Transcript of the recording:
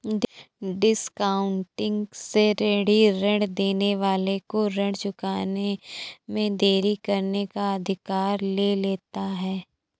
discounting से ऋणी ऋण देने वाले को ऋण चुकाने में देरी करने का अधिकार ले लेता है